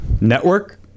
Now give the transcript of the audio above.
Network